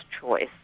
choice